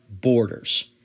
borders